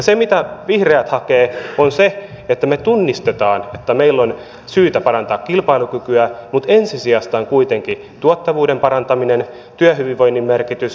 se mitä vihreät hakee on se että me tunnistamme että meillä on syytä parantaa kilpailukykyä mutta ensisijaista on kuitenkin tuottavuuden parantaminen työhyvinvoinnin merkitys